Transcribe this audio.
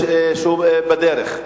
שהוא בדרך.